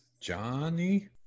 Johnny